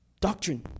Doctrine